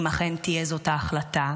אם אכן תהיה זאת ההחלטה.